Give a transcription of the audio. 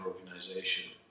organization